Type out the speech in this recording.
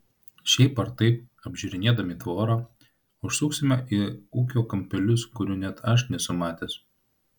šiaip ar taip apžiūrinėdami tvorą užsuksime į ūkio kampelius kurių net aš nesu matęs